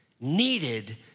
needed